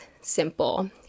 simple